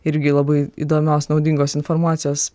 irgi labai įdomios naudingos informacijos